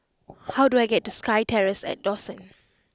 how do I get to SkyTerrace at Dawson